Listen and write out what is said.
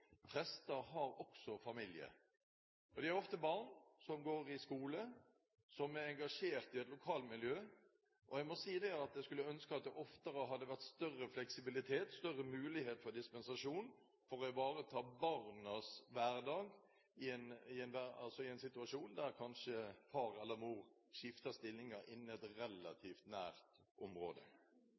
har også familier, de har ofte barn som går i skole, som er engasjert i et lokalmiljø. Jeg må si jeg skulle ønske at det oftere hadde vært større fleksibilitet, større mulighet for dispensasjon for å ivareta barnas hverdag i en situasjon der far eller mor kanskje skifter stilling innen et relativt nært område.